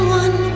one